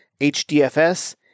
HDFS